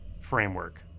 framework